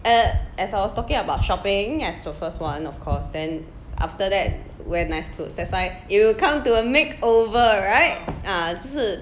err as I was talking about shopping as the first one of course then after that wear nice clothes that's why you will come to a makeover right ah 就是